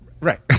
Right